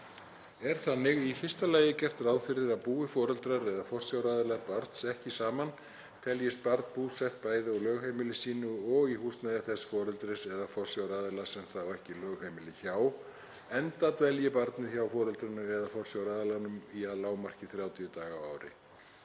Er þannig í fyrsta lagi gert ráð fyrir að búi foreldrar eða forsjáraðilar barns ekki saman teljist barn búsett bæði á lögheimili sínu og í húsnæði þess foreldris eða forsjáraðila sem það á ekki lögheimili hjá, enda dvelji barnið hjá foreldrinu eða forsjáraðilanum í að lágmarki 30 daga á ári.